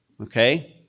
okay